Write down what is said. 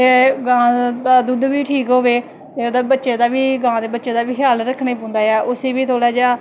ते गां दा दुध्द बी ठीक होऐ ते ओह्दा गां ते बच्चे दा बा ख्याल रक्खनां पौंदा ऐ उसी बी थोह्ड़ा जेहा